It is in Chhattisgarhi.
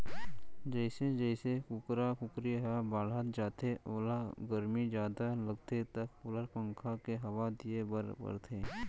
जइसे जइसे कुकरा कुकरी ह बाढ़त जाथे ओला गरमी जादा लागथे त कूलर, पंखा के हवा दिये बर परथे